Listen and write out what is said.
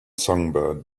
songbird